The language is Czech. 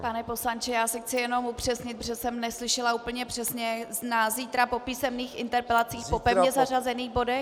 Pane poslanče, já si chci jenom upřesnit, protože jsem neslyšela úplně přesně na zítra po písemných interpelacích po pevně zařazených bodech?